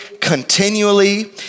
continually